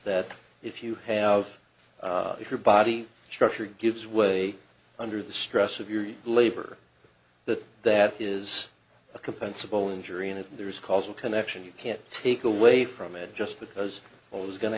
that if you have if your body structure gives way under the stress of your labor that that is a compensable injury and if there is causal connection you can't take away from it just because it was go